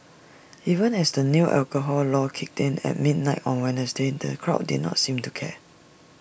even as the new alcohol law kicked in at midnight on Wednesday the crowd did not seem to care